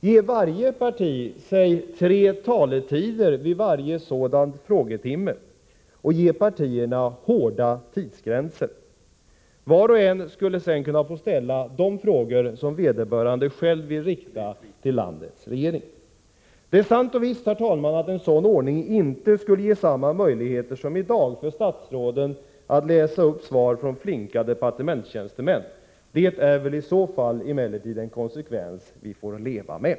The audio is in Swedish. Ge varje parti exempelvis tre taletider vid varje sådan här frågetimme och ge partierna hårda tidsgränser. Var och en skulle sedan få ställa de frågor som vederbörande själv vill rikta till landets regering. Det är sant och visst, herr talman, att en sådan ordning inte skulle ge samma möjligheter som i dag för statsråden att läsa upp svar från flinka departementstjänstemän. Det är i så fall emellertid en konsekvens som vi får leva med.